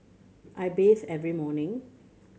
I bathe every morning